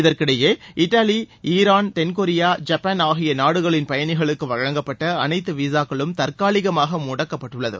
இதற்கிடையே இத்தாலி ஈரான் தென்கொரியா ஜப்பான் ஆகிய நாடுகளின் பயணிகளுக்கு வழங்கப்பட்ட அனைத்து விசாக்களும் தற்காலிகமாக முடக்கப்பட்டுள்ளது